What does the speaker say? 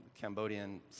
Cambodian